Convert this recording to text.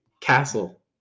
castle